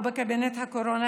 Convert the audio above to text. ובקבינט הקורונה,